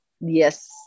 Yes